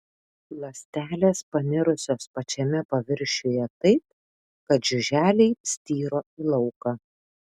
ląstelės panirusios pačiame paviršiuje taip kad žiuželiai styro į lauką